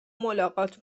ملاقات